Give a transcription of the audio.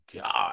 God